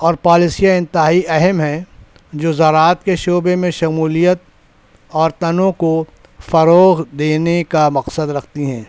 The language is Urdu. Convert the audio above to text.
اور پالیسیاں انتہائی اہم ہیں جو زراعت کے شعبے میں شمولیت اور تنوع کو فروغ دینے کا مقصد رکھتی ہیں